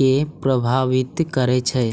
कें प्रभावित करै छै